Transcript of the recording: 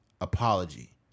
apology